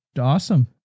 awesome